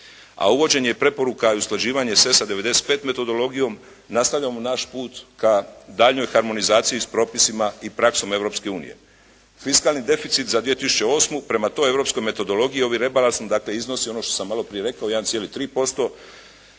a uvođenje i preporuka i usklađivanje sa ESA 95 metodologijom, nastavljamo naš put ka daljnjoj harmonizaciji s propisima i praksom Europske unije. Fiskalni deficit za 2008. prema toj europskoj metodologiji ovim rebalansom dakle iznosi ono što sam malo prije rekao 1,3%,